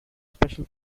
special